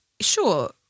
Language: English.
Sure